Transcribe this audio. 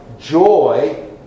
joy